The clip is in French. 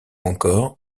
encore